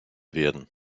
werden